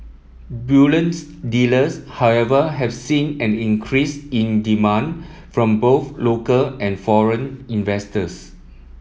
bullions dealers however have seen an increase in demand from both local and foreign investors